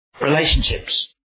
relationships